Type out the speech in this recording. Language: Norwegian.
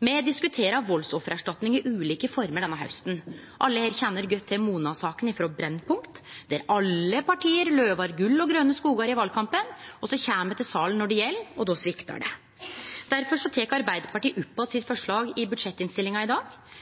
Me har diskutert valdsoffererstatning i ulike former denne hausten. Alle her kjenner godt til Mona-saka frå Brennpunkt, der alle partia lova gull og grøne skogar i valkampen, og så kjem dei til salen når det gjeld, og då sviktar det. Difor tek Arbeidarpartiet opp att forslaget sitt i budsjettinnstillinga i dag.